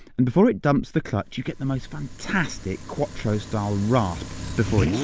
and before it dumps the clutch, you get the most fantastic quattro-style rasp before yeah